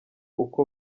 uko